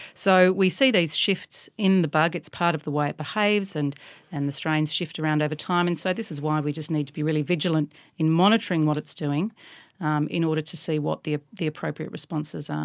so we see these shifts in the bug, it's part of the way it behaves and and the strains shift around over time, and so this is why we just need to be really vigilant in monitoring what it's doing um in order to see what the the appropriate responses are.